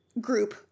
group